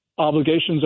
obligations